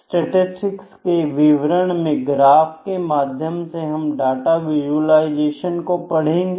statistics के विवरण में ग्राफ के माध्यम से हम डाटा विजुलाइजेशन को पढ़ेंगे